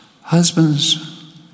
Husbands